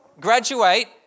graduate